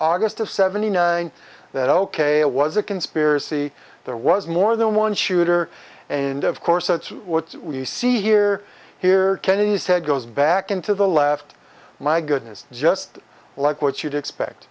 august of seventy nine that ok it was a conspiracy there was more than one shooter and of course that's what you see here here kennedy's head goes back into the left my goodness just like what you'd expect